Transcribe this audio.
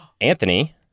Anthony